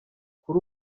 kuri